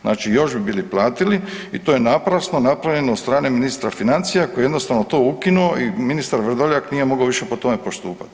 Znači još bi bili platili i to je naprasno napravljeno od strane ministra financija koji je jednostavno to ukinuo i ministar Vrdoljak nije mogao više po tome postupati.